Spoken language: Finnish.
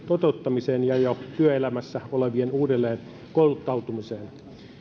toteuttamiseen ja jo työelämässä olevien uudelleenkouluttautumiseen